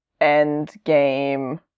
Endgame